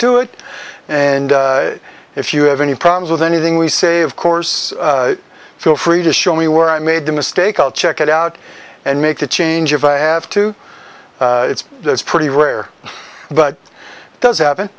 to it and if you have any problems with anything we say of course feel free to show me where i made a mistake i'll check it out and make a change of i have to it's pretty rare but it does happen